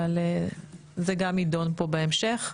אבל זה גם יידון פה בהמשך.